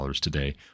today